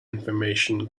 information